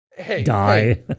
die